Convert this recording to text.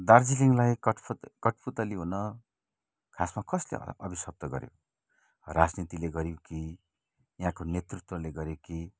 दार्जिलिङलाई कठपुत कठपुतली हुन खासमा कसले होला अभिशप्त गर्यो राजनीतिले गर्यो कि यहाँको नेतृत्वले गर्यो कि